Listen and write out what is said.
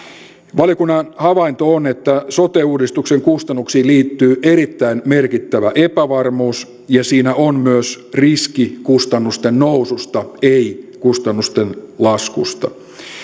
valiokunnan havainto on että sote uudistuksen kustannuksiin liittyy erittäin merkittävä epävarmuus ja siinä on myös riski kustannusten noususta ei kustannusten laskusta